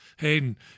Hayden